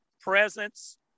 presence –